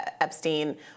Epstein